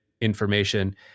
information